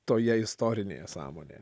toje istorinėje sąmonėje